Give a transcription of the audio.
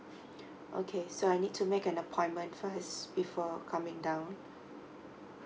okay so I need to make an appointment first before coming down